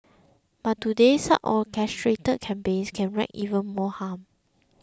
but today such orchestrated campaigns can wreak even more harm